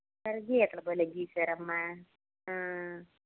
గీతలు భలే గీసారమ్మా